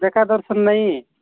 ଦେଖା ଦର୍ଶନ ନାହିଁ